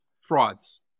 frauds